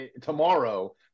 tomorrow